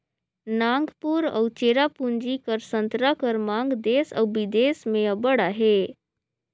नांगपुर अउ चेरापूंजी कर संतरा कर मांग देस अउ बिदेस में अब्बड़ अहे